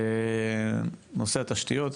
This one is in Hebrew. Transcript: נושא התשתיות.